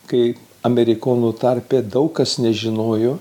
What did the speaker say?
kai amerikonu tarpe daug kas nežinojo